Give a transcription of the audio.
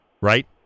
right